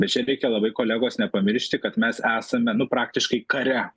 bet čia reikia labai kolegos nepamiršti kad mes esame nu praktiškai kare